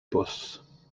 bws